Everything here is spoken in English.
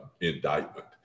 indictment